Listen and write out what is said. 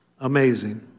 Amazing